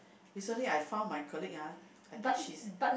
recently I found my colleague ah I think she's